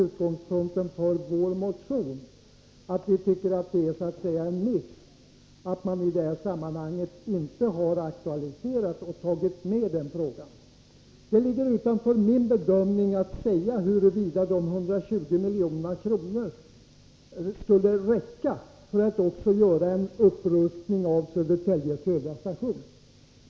Utgångspunkten för vår motion har varit att vi tycker att det är en miss att man i detta sammanhang inte har aktualiserat och tagit med den frågan. Det ligger utanför min bedömning att säga huruvida de 120 miljonerna skulle räcka för att också göra en upprustning av Södertälje Södra järnvägsstation.